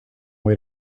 way